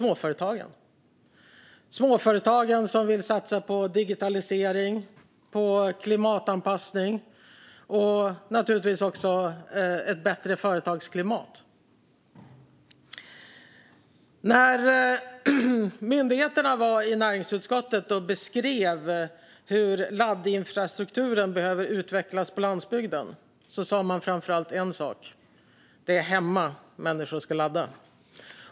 Det handlar om småföretag som vill satsa på digitalisering och klimatanpassning. När myndigheterna var i näringsutskottet och beskrev hur laddinfrastrukturen behöver utvecklas på landsbygden sa man framför allt en sak: Det är hemma som människor ska ladda.